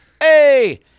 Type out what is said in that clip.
Hey